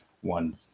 one